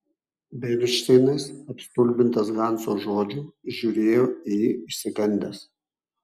bernšteinas apstulbintas hanso žodžių žiūrėjo į jį išsigandęs